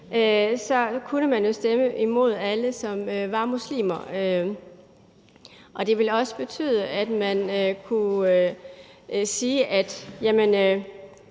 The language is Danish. kunne man jo stemme imod alle, som var muslimer. Det ville også betyde, at man helt